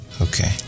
Okay